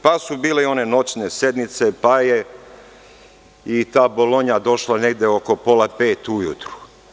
Pa, bile su i one noćne sednice, pa je i ta Bolonja došla negde oko pola pet ujutru.